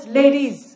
ladies